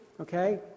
okay